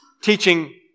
teaching